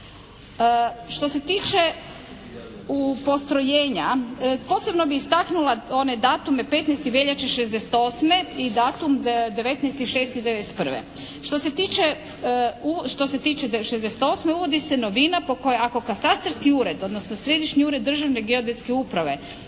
Što se tiče postrojenja posebno bih istaknula one datume 15. veljače '68. i datum 19.6.1991. Što se tiče '68. uvodi se novina po kojoj ako katastarski ured odnosno Središnji ured Državne geodetske uprave